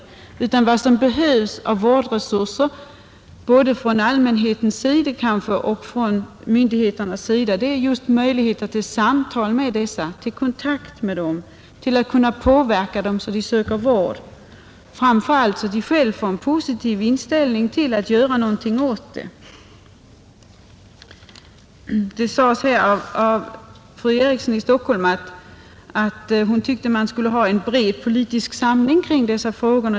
Det som i stället behövs i fråga om vårdresurser är möjligheter till samtal och kontakt med dessa människor — kanske både från allmänhetens och från myndigheternas sida — för att kunna påverka dem till att söka vård, framför allt så att de själva får en positiv inställning till att göra någonting åt det hela. Fru Eriksson i Stockholm tyckte att vi skulle ha en bred politisk samling kring dessa frågor.